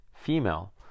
female